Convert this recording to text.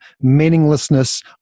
meaninglessness